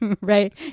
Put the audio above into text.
Right